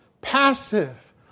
passive